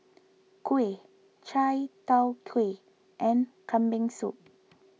Kuih Chai Tow Kuay and Kambing Soup